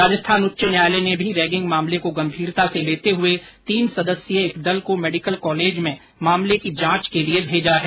राजस्थान उच्च न्यायालय ने भी रैगिंग मामले को गंभीरता से लेते हुए तीन सदस्यीय एक दल को मेडिकल कॉलेज में मामले की जांच के लिए भेजा है